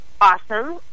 awesome